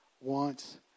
wants